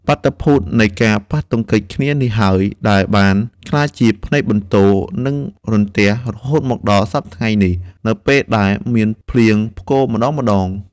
បាតុភូតនៃការប៉ះទង្គិចគ្នានេះហើយ ដែលបានក្លាយជាផ្លេកបន្ទោរ និងរន្ទះ រហូតមកដល់សព្វថ្ងៃនេះ នៅពេលដែលមានភ្លៀងផ្គរម្ដងៗ។